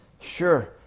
sure